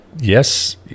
Yes